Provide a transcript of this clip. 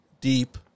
deep